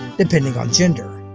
depending on gender.